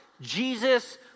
Jesus